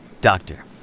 Doctor